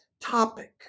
topic